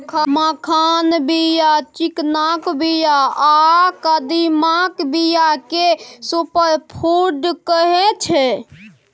मखानक बीया, चिकनाक बीया आ कदीमाक बीया केँ सुपर फुड कहै छै